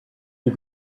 you